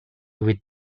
with